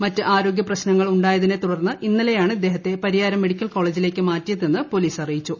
മറ്റ് ആരോഗ്യ പ്രശ്നങ്ങൾ ഉണ്ടായതിനെ തുടർന്ന് ഇന്നലെയാണ് ഇദ്ദേഹത്തെ പരിയാരം മെഡിക്കൽ കോളേജിലേക്ക് മാറ്റിയതെന്ന് പോലീസ് അറിയിച്ചു